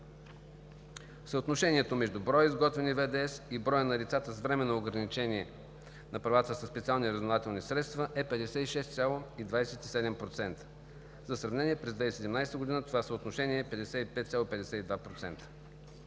Съотношението между броя изготвени ВДС и броя на лицата с временно ограничение на правата със специални разузнавателни средства е 56,27%. За сравнение: през 2017 г. това съотношение е 55,52%.